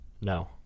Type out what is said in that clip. No